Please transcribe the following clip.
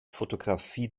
fotografie